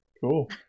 Cool